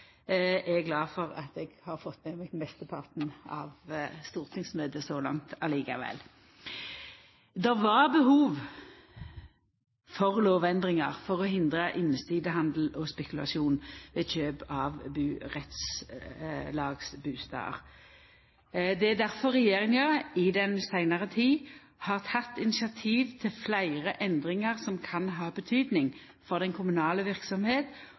eg kom for seint. Eg er glad for at eg har fått med meg mesteparten av stortingsmøtet så langt likevel. Det var behov for lovendringar for å hindra innsidehandel og spekulasjon ved kjøp av burettslagsbustader. Det er difor regjeringa i seinare tid har teke initiativ til fleire endringar som kan ha betydning for den kommunale